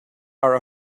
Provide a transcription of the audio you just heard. are